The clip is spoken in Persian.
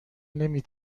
نمی